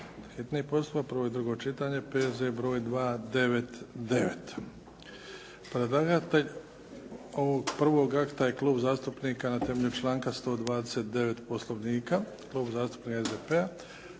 hitni postupak, prvo i drugo čitanje, P.Z. br. 299 Predlagatelj ovog prvog akta je Klub zastupnika SDP-a na temelju članka 129. Poslovnika. Kod donošenja ovoga